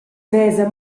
vesa